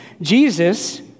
Jesus